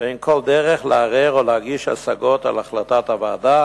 ואין כל דרך לערער או להגיש השגות על החלטת הוועדה